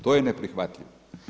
To je neprihvatljivo.